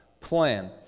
plan